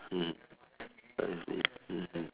mmhmm I see mmhmm